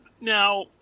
Now